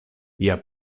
via